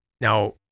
now